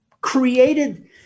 created